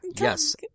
Yes